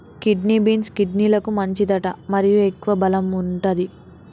kidney beans, కిడ్నీలకు మంచిదట మరియు ఎక్కువ బలం వుంటది